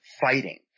fighting